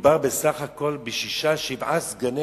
מדובר בסך הכול בשישה, שבעה סגני